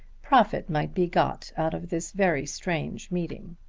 profit might be got out of this very strange meeting.